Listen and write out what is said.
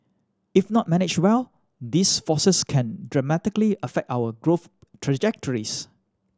if not managed well these forces can dramatically affect our growth trajectories